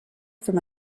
from